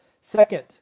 Second